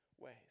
ways